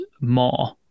more